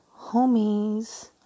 Homies